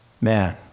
Man